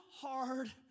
hard